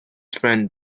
friend